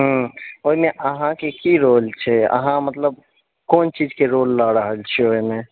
ओहिमे अहाँकेँ की रोल छै अहाँ मतलब कोन चीजके रोल लए रहल छिऐ ओहिमे